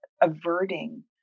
averting